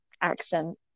accent